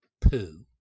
poo